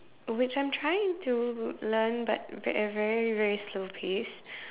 which I'm trying to learn but at a very very slow pace